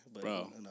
Bro